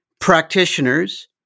practitioners